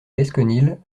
lesconil